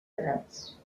gats